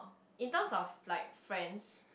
in term of like friends